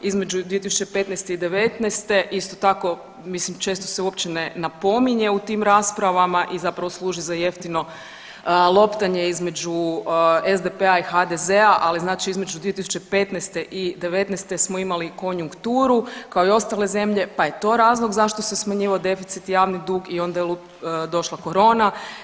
Između 2015. i 2019. isto tako mislim često se uopće ne napominje u tim raspravama i zapravo služi za jeftino loptanje između SDP-a i HDZ-a, ali znači između 2015. i 2019. smo imali i konjunkturu kao i ostale zemlje, pa je to razlog zašto se smanjivao deficit, javni dug i onda je došla corona.